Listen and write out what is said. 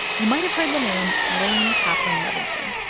you might have heard the name laine kaplan-levenson.